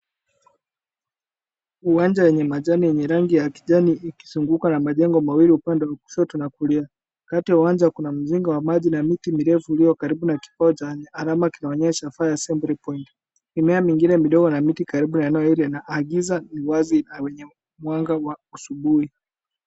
Uwanja wenye majani yenye rang iya kijani ikizungukwa na majengi mawili upande wa kushoto na kulia. Kati ya uwanja kuna mjengo wa majina miti mirefu iliyo karibu na kipao cha alama kinachoonyesha fire assembly point .Mimea mingine midogo na miti karibu na eneo hilo inaagiza uwazi na wenye mwanga wa asubuhi.